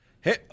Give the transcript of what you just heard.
hey